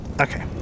okay